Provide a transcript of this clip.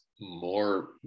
more